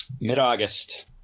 mid-August